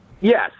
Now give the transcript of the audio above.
Yes